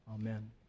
Amen